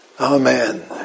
Amen